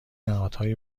نهادهای